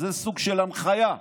זה סוג של הנחיה.